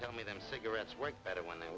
to me them cigarettes work better when they're